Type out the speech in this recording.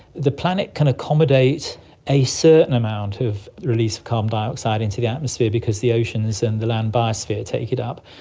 the planet can accommodate a certain amount of release of carbon dioxide into the atmosphere because the oceans and the land biosphere take it up.